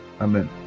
Amen